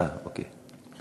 אה, אוקיי.